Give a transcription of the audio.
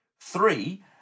Three